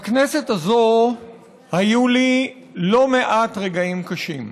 בכנסת הזאת היו לי לא מעט רגעים קשים,